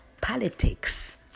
politics